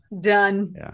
Done